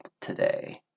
today